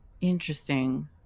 Interesting